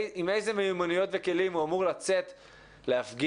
עם איזה מיומנויות וכלים הוא אמור לצאת להפגין,